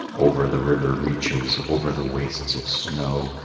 over the river reaches, over the wastes of snow,